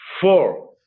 four